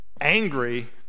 angry